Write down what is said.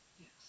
Yes